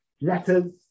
letters